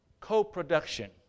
co-production